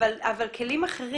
אבל מה עם הכלים האחרים?